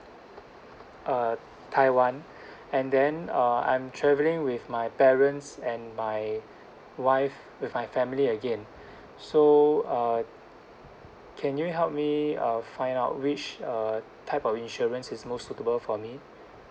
uh taiwan and then uh I'm travelling with my parents and my wife with my family again so uh can you help me uh find out which uh type of insurance is most suitable for me